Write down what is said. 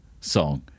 song